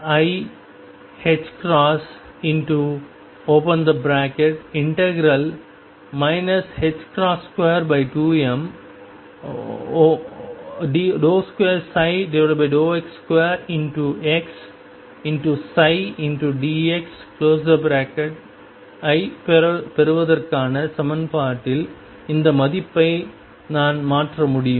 ddt⟨x⟩1 iℏ 22m2x2xψdxஐப் பெறுவதற்கான சமன்பாட்டில் இந்த மதிப்பை நான் மாற்ற முடியும்